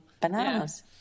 bananas